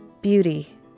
beauty